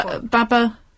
Baba